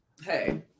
hey